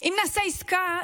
אם נעשה עסקה,